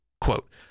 quote